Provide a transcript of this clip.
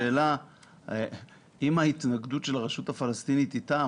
אם ההתנגדות של הרשות הפלסטינית אתם,